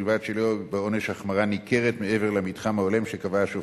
ובלבד שלא תהיה בעונש החמרה ניכרת מעבר למתחם ההולם שקבע השופט.